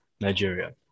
Nigeria